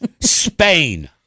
Spain